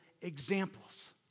examples